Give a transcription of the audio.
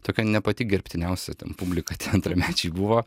tokia ne pati gerbtiniausia ten publika tie antramečiai buvo